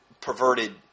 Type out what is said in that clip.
perverted